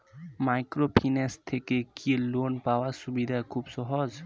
Microfinance থেকে কি loan পাওয়ার সুবিধা খুব সহজ?